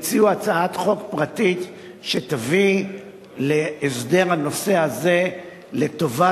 והציעו הצעת חוק פרטית שתביא להסדר הנושא הזה לטובת